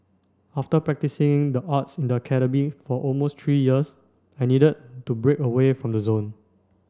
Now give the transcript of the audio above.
after practising the arts in the academy for almost three years I needed to break away from the zone